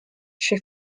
she